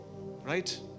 right